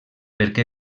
perquè